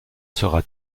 sera